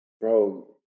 bro